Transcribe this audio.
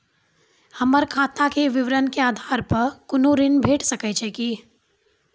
हमर खाता के विवरण के आधार प कुनू ऋण भेट सकै छै की?